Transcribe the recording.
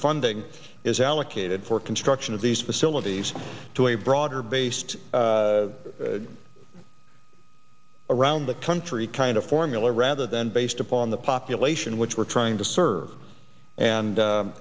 funding is allocated for construction of these facilities to a broader based around the country kind of formula rather than based upon the population which we're trying to serve and